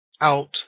out